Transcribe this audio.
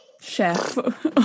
Chef